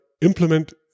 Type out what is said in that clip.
implement